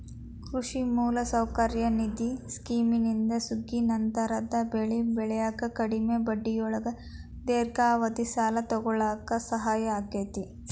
ಕೃಷಿ ಮೂಲಸೌಕರ್ಯ ನಿಧಿ ಸ್ಕಿಮ್ನಿಂದ ಸುಗ್ಗಿನಂತರದ ಬೆಳಿ ಬೆಳ್ಯಾಕ ಕಡಿಮಿ ಬಡ್ಡಿಯೊಳಗ ದೇರ್ಘಾವಧಿ ಸಾಲ ತೊಗೋಳಾಕ ಸಹಾಯ ಆಕ್ಕೆತಿ